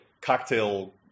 cocktail